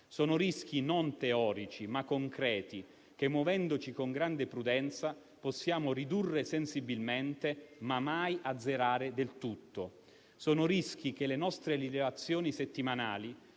Sono rischi non teorici, ma concreti, che, muovendoci con grande prudenza, possiamo ridurre sensibilmente, ma mai azzerare del tutto. Sono rischi che le nostre rilevazioni settimanali